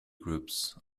groups